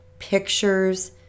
pictures